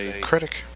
critic